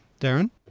Darren